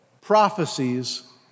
prophecies